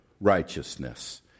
righteousness